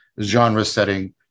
genre-setting